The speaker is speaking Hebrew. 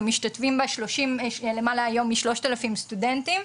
ומשתתפים בה למעלה משלושת אלפים סטודנטים.